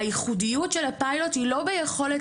הייחודיות של הפיילוט היא לא ביכולת